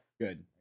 Good